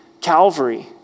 Calvary